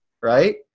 Right